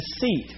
deceit